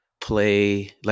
play